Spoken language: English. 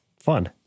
fun